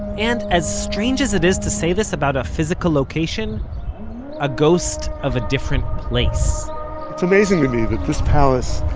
and as strange as it is to say this about a physical location a ghost of a different place it's amazing to me that this palace,